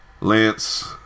Lance